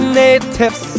natives